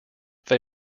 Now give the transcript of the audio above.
they